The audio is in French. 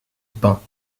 pin